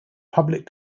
public